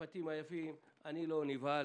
אני לא נבהל